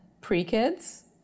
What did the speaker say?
pre-kids